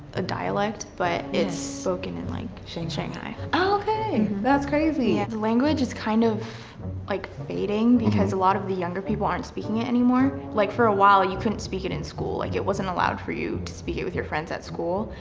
a dialect but it's spoken in like shanghai. oh, okay, that's crazy. the and language is kind of like, fading because a lot of the younger people aren't speaking it anymore. like, for a while you couldn't speak it in school, like, it wasn't allowed for you to speak it with your friends at school,